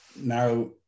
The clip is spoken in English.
now